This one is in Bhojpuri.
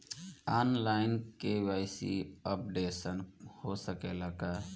आन लाइन के.वाइ.सी अपडेशन हो सकेला का?